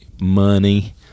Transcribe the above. money